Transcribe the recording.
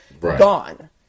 gone